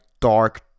dark